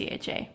CHA